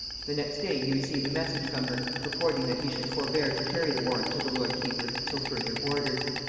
the next day he received a message from her, purporting that he should forbear to carry the warrant to the lord keeper till further orders.